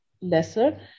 lesser